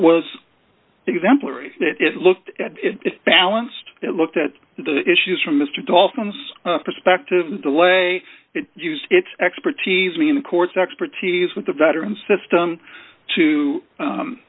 was exemplary it looked at it balanced it looked at the issues from mr dolphins perspective delay it used its expertise me in the courts expertise with the veteran system to